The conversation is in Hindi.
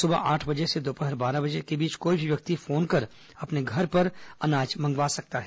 सुबह आठ बजे से दोपहर बारह बजे के बीच कोई भी व्यक्ति फोन कर अपने घर तक अनाज मंगवा सकता है